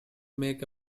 make